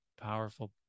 powerful